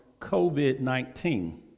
COVID-19